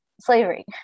Slavery